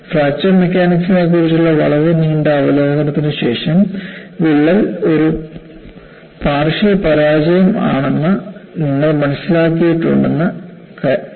fracture മെക്കാനിക്സിനെക്കുറിച്ചുള്ള വളരെ നീണ്ട അവലോകനത്തിന് ശേഷം വിള്ളൽ ഒരു പാർഷ്യൽ പരാജയം ആണെന്ന് നിങ്ങൾ മനസ്സിലാക്കിയിട്ടുണ്ടെന്ന് കരുതുന്നു